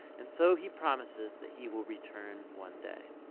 and so, he promises that he will return one day.